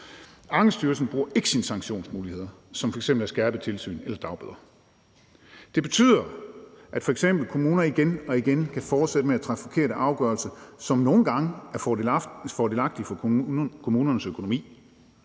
Ankestyrelsen bruger ikke sine sanktionsmuligheder som f.eks. et skærpet tilsyn eller dagbøder. Det betyder f.eks., at kommuner igen og igen kan fortsætte med at træffe forkerte afgørelser, som nogle gange er fordelagtigt for kommunernes økonomi,